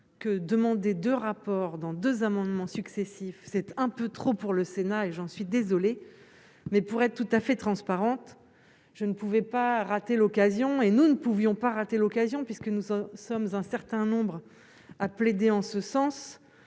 que demander de rapport dans 2 amendements successifs cette un peu trop pour le Sénat, et j'en suis désolé mais pour être tout à fait transparente, je ne pouvais pas rater l'occasion, et nous ne pouvions pas raté l'occasion puisque nous en sommes un certain nombre à plaider en ce sens